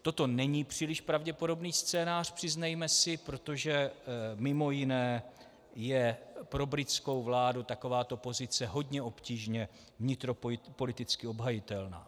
Toto není příliš pravděpodobný scénář, přiznejme si, protože mj. je pro britskou vládu takováto pozice hodně obtížně vnitropoliticky obhajitelná.